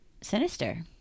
Sinister